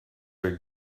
are